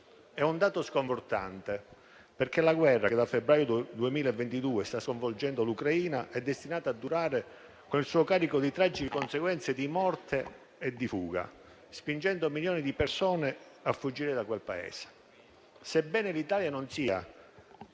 È un dato sconfortante, perché la guerra che da febbraio 2022 sta sconvolgendo l'Ucraina è destinata a durare, con il suo carico di tragiche conseguenze di morte e di fuga, spingendo milioni di persone a fuggire da quel Paese.